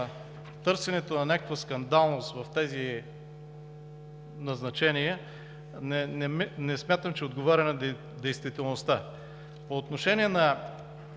търсенето на някаква скандалност в тези назначения не смятам, че отговоря на действителността. По отношение на